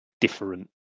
different